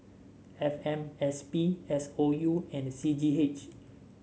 F M S P S O U and C G H